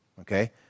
okay